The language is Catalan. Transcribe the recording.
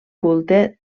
culte